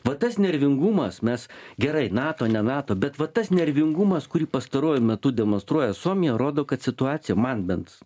vat tas nervingumas mes gerai nato ne nato bet va tas nervingumas kurį pastaruoju metu demonstruoja suomija rodo kad situacija man bent